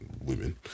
women